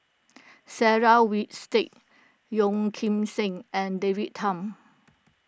Sarah Winstedt Yeo Kim Seng and David Tham